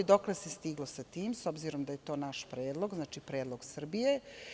Dokle se stiglo sa tim, s obzirom da je to naš predlog, znači predlog Srbije?